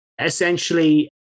Essentially